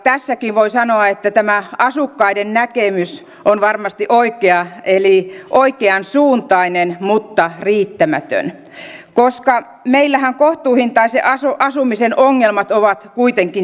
tässäkin voi sanoa että tämä asukkaiden näkemys on varmasti oikea oikeansuuntainen mutta riittämätön koska meillähän kohtuuhintaisen asumisen ongelmat ovat kuitenkin syvemmällä